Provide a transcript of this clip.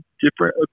different